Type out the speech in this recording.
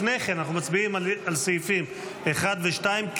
לפני כן אנחנו מצביעים על סעיפים 1 ו-2,